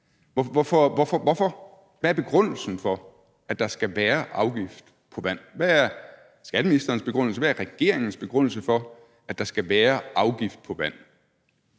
Hvad er begrundelsen for, at der skal være afgift på vand? Hvad er skatteministerens begrundelse, hvad er regeringens begrundelse for, at der skal være afgift på vand?